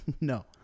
no